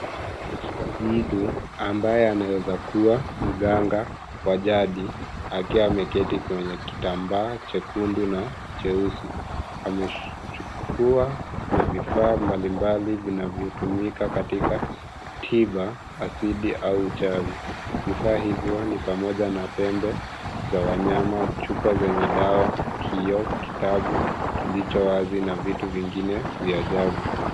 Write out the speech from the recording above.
Mtu ambaye anaezakuwa mganga wa jadi akiwa ameketi kwenye kitambaa chekundu na cheusi, amechukua na vifaa mbalimbali vinavyotumika katika tiba asidi au uchawi. Vifaa hivyo ni pamoja na pembe za wanyama, chupa zenye dawa, kioo, kitabu kilicho wazi na vitu vingine vya ajabu.